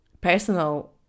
personal